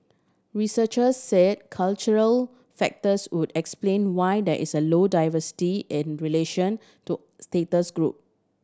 researcher said cultural factors would explain why there is a low diversity in relation to status group